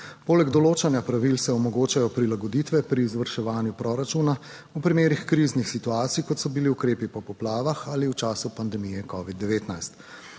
Poleg določanja pravil se omogočajo prilagoditve pri izvrševanju proračuna v primerih kriznih situacij, kot so bili ukrepi po poplavah ali v času pandemije covid 19.